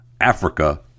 Africa